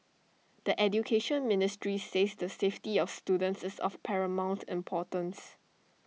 the Education Ministry says the safety of students is of paramount importance